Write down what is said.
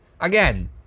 again